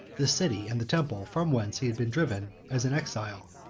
the city and the temple from whence he had been driven as an exile.